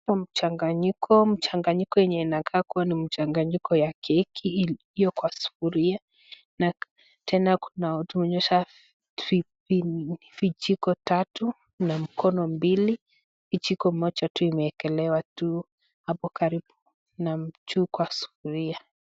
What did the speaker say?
Mchanganyiko, mchanganyiko yenye inakaa kuwa ni mchanganyiko ya keki iliyo kwa sufuria, tena wametuonyesha vijiko tatu na mkono mbili, kijiko moja imewekelewa tu hapo karibu na mtu kwa sufuria.